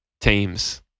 teams